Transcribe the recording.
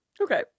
Okay